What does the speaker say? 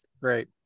Great